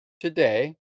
today